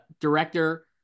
Director